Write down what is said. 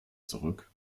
zurück